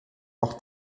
auch